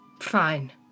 Fine